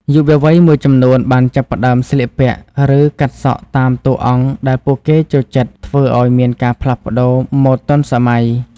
យុវវ័យមួយចំនួនបានចាប់ផ្តើមស្លៀកពាក់ ឬកាត់សក់តាមតួអង្គដែលពួកគេចូលចិត្តធ្វើឲ្យមានការផ្លាស់ប្តូរម៉ូដទាន់សម័យ។